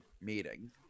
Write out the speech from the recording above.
meeting